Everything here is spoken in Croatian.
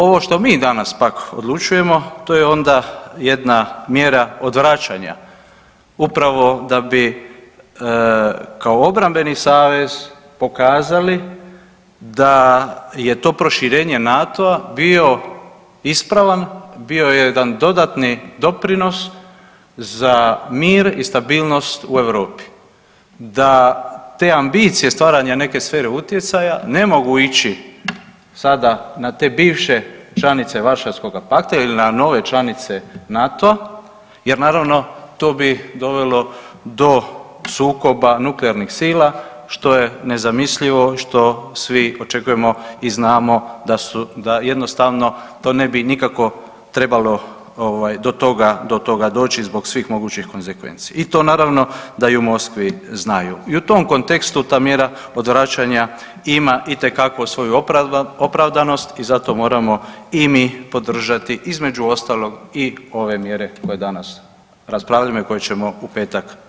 Ovo što mi danas pak odlučujemo to je onda jedna mjera odvraćanja upravo da bi kao obrambeni savez pokazali da je to proširenje NATO-a bio ispravan, bio jedan dodatni doprinos za mir i stabilnost u Europi, da te ambicije stvaranja neke sfere utjecaja ne mogu ići sada na te bivše članice Varšavskoga pakta ili na nove članice NATO jer naravno to bi dovelo do sukoba nuklearnih sila što je nezamislivo i što svi očekujemo i znamo da jednostavno to ne bi nikako trebalo ovaj do toga, do toga doći zbog svih mogućih konzekvenci i to naravno da i u Moskvi znaju i u tom kontekstu ta mjera odvraćanja imaju itekako svoju opravdanost i zato moramo i mi podržati između ostalog i ove mjere koje danas raspravljamo i koje ćemo u petak glasovati.